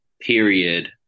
Period